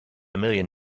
million